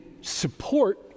support